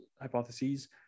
hypotheses